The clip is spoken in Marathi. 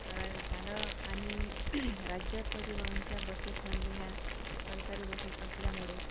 झालं आणि राज्यपरिवहनच्या बसेस म्हणजे ह्या सरकारी बसेस असल्यामुळे